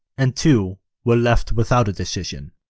and two were left without a decision.